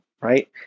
right